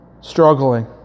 struggling